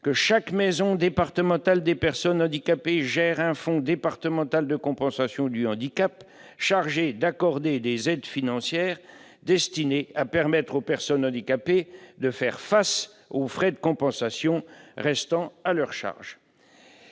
maison départementale des personnes handicapées gère un fonds départemental de compensation du handicap chargé d'accorder des aides financières destinées à permettre aux personnes handicapées de faire face aux frais de compensation restant à leur charge